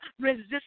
resist